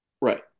Right